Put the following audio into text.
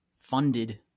funded